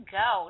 go